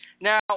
Now